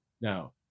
now